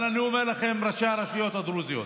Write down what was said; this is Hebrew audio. אני אומר לכם, ראשי הרשויות הדרוזיות,